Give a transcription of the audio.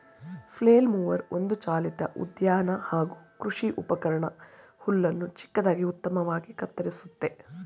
flail mower ಒಂದು ಚಾಲಿತ ಉದ್ಯಾನ ಹಾಗೂ ಕೃಷಿ ಉಪಕರಣ ಹುಲ್ಲನ್ನು ಚಿಕ್ಕದಾಗಿ ಉತ್ತಮವಾಗಿ ಕತ್ತರಿಸುತ್ತೆ